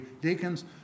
deacons